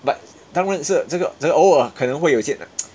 but 当然是这个这个偶尔可能会有见